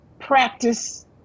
practice